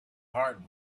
hearts